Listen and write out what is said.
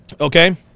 Okay